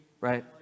Right